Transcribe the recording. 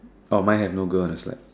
oh my have no girl on the slide